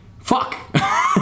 Fuck